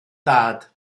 dad